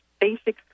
basic